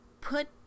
put